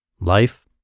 life